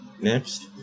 Next